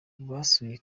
basuye